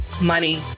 money